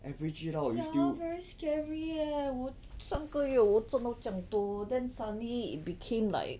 average it out it's still